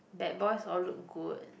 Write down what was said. bad boys all look good